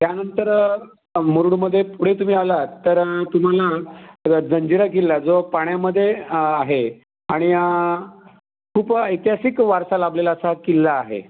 त्यानंतर मुरुडमध्ये पुढे तुम्ही आलात तर तुम्हाला जंजिरा किल्ला जो पाण्यामध्ये आहे आणि खूप ऐतिहासिक वारसा लाभलेला असा हा किल्ला आहे